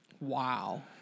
Wow